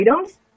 items